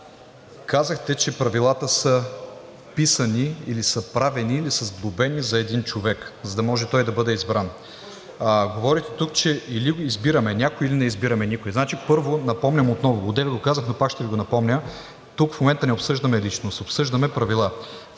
Казахте, че Правилата са писани или са правени, или са сглобени за един човек, за да може той да бъде избран, говорехте тук, че или избираме някого, или не избираме никого. Първо, напомням отново – одеве го казах, но пак ще Ви го напомня: тук в момента не обсъждаме личност, обсъждаме Правила.